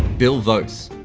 bill voce.